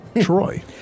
Troy